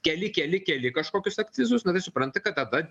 keli keli keli kažkokius akcizus na tai supranti kad tada